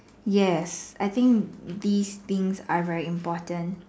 yes I think these things are very important